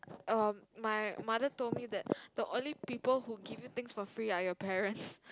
um my mother told me that the only people who give you things for free are your parents